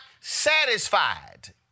satisfied